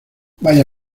vaya